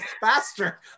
faster